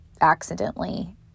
accidentally